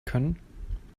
können